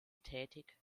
tätig